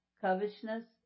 covetousness